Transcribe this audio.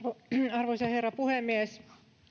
arvoisa herra puhemies